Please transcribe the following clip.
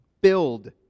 build